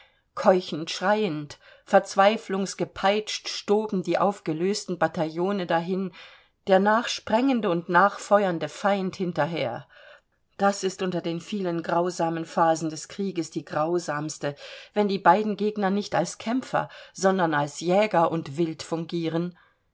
keuchend schreiend verzweiflungsgepeitscht stoben die aufgelösten bataillone dahin der nachsprengende und nachfeuernde feind hinterher das ist unter den vielen grausamen phasen des krieges die grausamste wenn die beiden gegner nicht als kämpfer sondern als jäger und wild fungieren